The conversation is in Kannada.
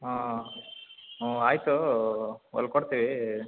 ಹಾಂ ಹ್ಞೂ ಆಯಿತು ಹೊಲ್ದ್ ಕೊಡ್ತೀವಿ